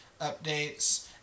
updates